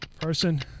person